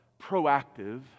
proactive